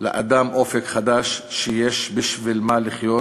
לאדם אופק חדש, שיש בשביל מה לחיות